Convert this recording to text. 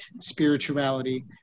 spirituality